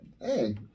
Hey